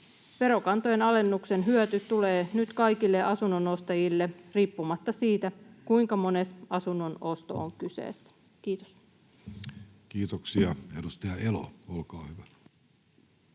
Verokantojen alennuksen hyöty tulee nyt kaikille asunnonostajille riippumatta siitä, kuinka mones asunnon osto on kyseessä. — Kiitos. [Speech 326] Speaker: